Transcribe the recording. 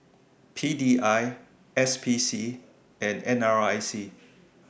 P D I S P C and N R I C